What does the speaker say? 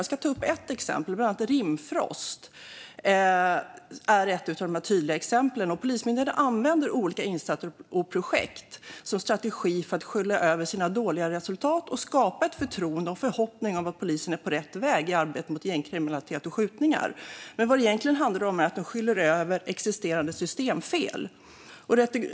Jag ska ta upp ett, Rimfrost, som är ett av de tydliga exemplen. Polismyndigheten använder olika insatser och projekt som strategi för att skyla över sina dåliga resultat och skapa ett förtroende och en förhoppning om att polisen är på rätt väg i arbetet mot gängkriminalitet och skjutningar. Men vad det egentligen handlar om är att de skyler över existerande systemfel.